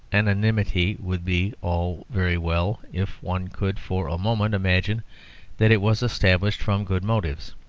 anonymity would be all very well if one could for a moment imagine that it was established from good motives.